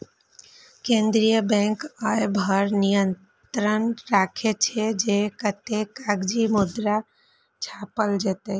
केंद्रीय बैंक अय पर नियंत्रण राखै छै, जे कतेक कागजी मुद्रा छापल जेतै